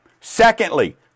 Secondly